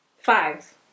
Five